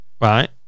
Right